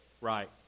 Right